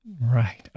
Right